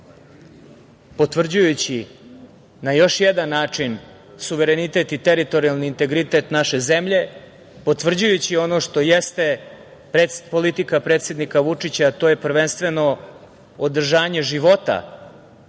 potvrđujući na još jedan način suverenitet i teritorijalni integritet naše zemlje, potvrđujući ono što jeste politika predsednika Vučića, to je prvenstveno održanje života,